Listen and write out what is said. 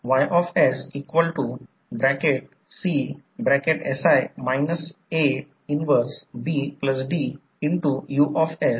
समजा माझ्याकडे हा ट्रान्सफॉर्मर आहे माझ्याकडे हे ट्रान्सफॉर्मरचे सिम्बॉल आहे माझ्याकडे ट्रान्सफॉर्मरचा करंट I1 आहे समजा हा ट्रान्सफॉर्मर आहे आणि प्रत्यक्षात वाहणारा करंट म्हणजे उदाहरणार्थ I1 म्हणा